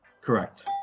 correct